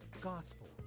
Gospel